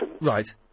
right